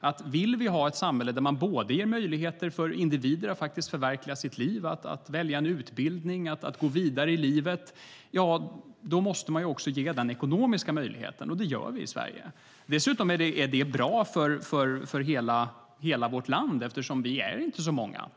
Om vi vill ha ett samhälle där det finns möjligheter för individer att förverkliga sina liv, att välja utbildning, att gå vidare i livet, måste vi ge den ekonomiska möjligheten. Det gör vi i Sverige. Dessutom är det bra för hela vårt land eftersom vi inte är så många.